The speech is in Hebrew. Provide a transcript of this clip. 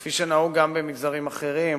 כפי שנהוג גם במגזרים אחרים,